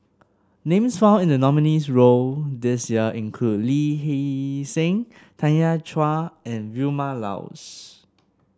names found in the nominees' road this year include Lee Hee Seng Tanya Chua and Vilma Laus